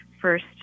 first